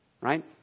Right